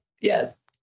Yes